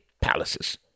palaces